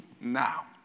now